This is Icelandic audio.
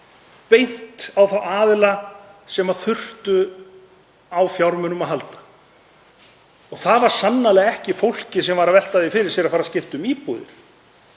beint á þá aðila sem þurftu á fjármunum að halda, og það var sannarlega ekki fólkið sem var að velta því fyrir sér að fara að skipta um íbúð.